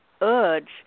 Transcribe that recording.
urge